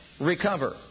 recover